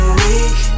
weak